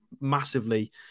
massively